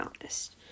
honest